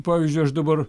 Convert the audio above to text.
pavyzdžiui aš dabar